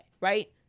right